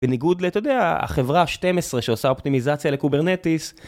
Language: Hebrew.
בניגוד לאתה יודע, החברה ה-12 שעושה אופטימיזציה לקוברנטיס